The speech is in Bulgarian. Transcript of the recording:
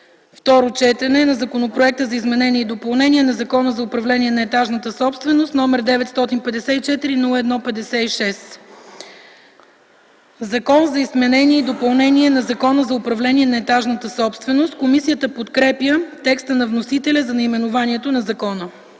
второ четене относно Законопроекта за изменение и допълнение на Закона за управление на етажната собственост, № 954-01-56. „Закон за изменение и допълнение на Закона за управление на етажната собственост”. Комисията подкрепя текста на вносителя за наименованието на закона.